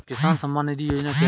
किसान सम्मान निधि योजना क्या है?